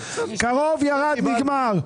- ירד, נגמר.